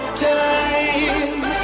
time